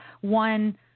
One